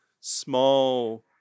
small